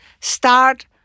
Start